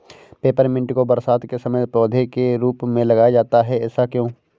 Peppermint को बरसात के समय पौधे के रूप में लगाया जाता है ऐसा क्यो?